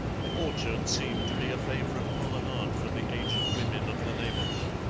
the orchard seemed to be a favourite promenade for the aged women of the neighbourhood.